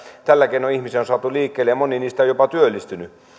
tällä keinoin ihmisiä on saatu liikkeelle ja moni heistä on jopa työllistynyt